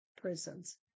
prisons